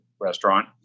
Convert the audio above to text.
restaurant